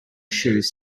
shoes